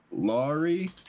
Laurie